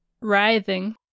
Writhing